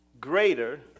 greater